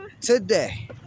today